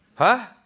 huh?